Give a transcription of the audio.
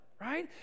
right